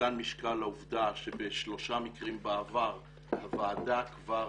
ניתן משקל לעובדה שבשלושה מקרים בעבר הוועדה כבר